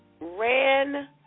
ran